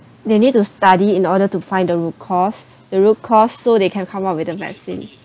they need to study in order to find the root cause the root cause so they can come up with the vaccine